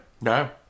No